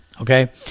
okay